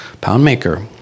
Poundmaker